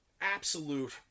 absolute